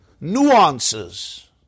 nuances